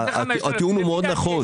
התיאור הוא מאוד נכון.